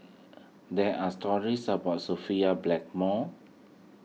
there are stories about Sophia Blackmore